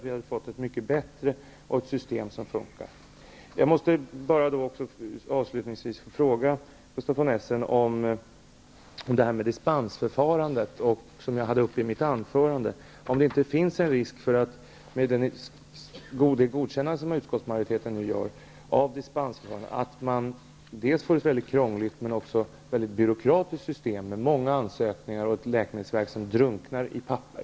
Då hade vi fått ett mycket bättre system, som funkar. Essen om dispensförfarandet, som jag tog upp i mitt anförande. Med det godkännande av dispensförfarandet som utskottsmajoriteten gör, finns det inte en risk för att man får ett krångligt och byråkratiskt system, med många ansökningar och ett läkemedelsverk som drunknar i papper?